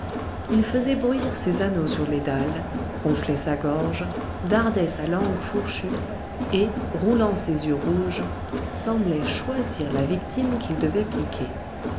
il faisait bruire ses anneaux sur les dalles gonflait sa gorge dardait sa langue fourchue et roulant ses yeux rouges semblait choisir la victime qu'il devait piquer